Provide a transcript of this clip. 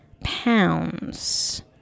pounds